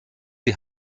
die